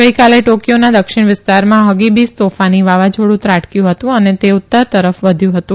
ગઇકાલે ટોકીયોના દક્ષિણ વિસ્તારમાં હગીબીસ તોફાની વાવાઝોડુ ત્રાટકયુ હતુ અને તે ઉત્તર તરફ વધ્યુ હતું